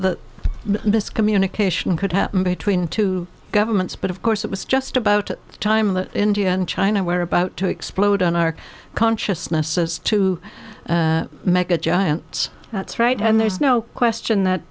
miscommunication could happen between two governments but of course it was just about time that india and china were about to explode on our consciousness as to make a giant that's right and there's no question that